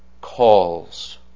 calls